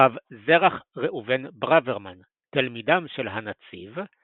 הרב זרח ראובן ברוורמן - תלמידם של הנצי"ב,